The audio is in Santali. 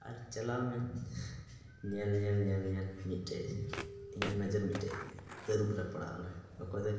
ᱟᱨ ᱪᱟᱞᱟᱣᱱᱟᱹᱧ ᱧᱮᱞ ᱧᱮᱞ ᱧᱮᱞ ᱧᱮᱞ ᱢᱤᱫᱴᱷᱮᱡ ᱤᱧᱟᱹᱜ ᱱᱚᱡᱚᱨ ᱢᱤᱫᱴᱮᱡ ᱛᱟᱹᱨᱩᱵ ᱨᱮ ᱯᱟᱲᱟᱣᱮᱱᱟ ᱚᱠᱚᱭ ᱫᱚ